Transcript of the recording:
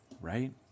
right